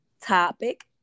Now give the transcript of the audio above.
topic